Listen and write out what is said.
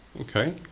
okay